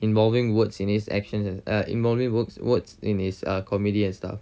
involving words in his actions err involving word words in his comedy and stuff